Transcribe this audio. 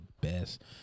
best